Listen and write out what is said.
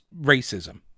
racism